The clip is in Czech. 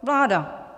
Vláda.